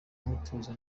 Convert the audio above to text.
umutuzo